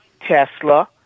Tesla